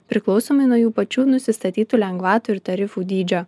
priklausomai nuo jų pačių nusistatytų lengvatų ir tarifų dydžio